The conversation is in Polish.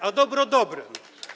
a dobro dobrem.